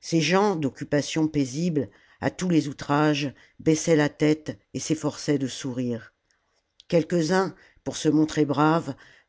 ces gens d'occupations paisibles à tous les outrages baissaient la tête et s'efforçaient de sourire quelques-uns pour se montrer braves